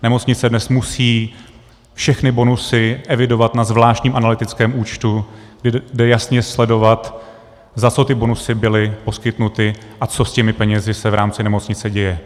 Nemocnice dnes musí všechny bonusy evidovat na zvláštním analytickém účtu, kde lze jasně sledovat, za co ty bonusy byly poskytnuty a co s těmi penězi se v rámci nemocnice děje.